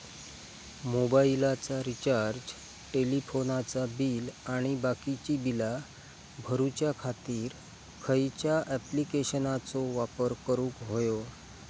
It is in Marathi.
मोबाईलाचा रिचार्ज टेलिफोनाचा बिल आणि बाकीची बिला भरूच्या खातीर खयच्या ॲप्लिकेशनाचो वापर करूक होयो?